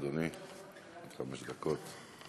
בבקשה, אדוני, עד חמש דקות.